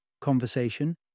conversation